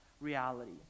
reality